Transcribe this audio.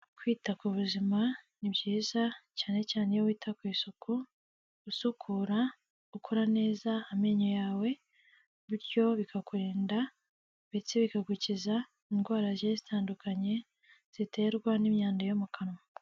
Kwita ku buzima ni byiza cyane cyane iyo wita ku isuku usukura ukora neza amenyo yawe, bityo bikakurinda ndetse bikagukiza indwara zigiye zitandukanye ziterwa n'imyanda yo mu kanwa.